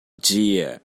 dia